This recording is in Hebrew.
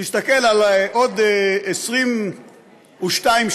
תסתכל על עוד 22 שנה,